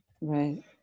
Right